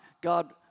God